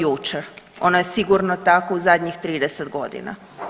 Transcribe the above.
jučer, ono je sigurno takvo u zadnjih 30 godina.